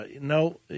No